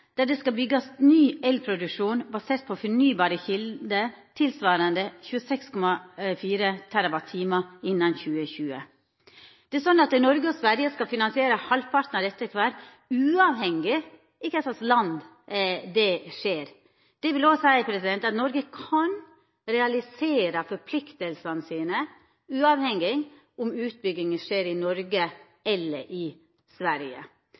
der det skal byggjast ny elproduksjon basert på fornybare kjelder tilsvarande 26,4 TWh innan 2020. Noreg og Sverige skal finansiera halvparten av dette kvar, uavhengig av kva land det skjer i. Det vil òg seia at Noreg kan realisera forpliktingane sine uavhengig av om utbygginga skjer i Noreg eller i Sverige.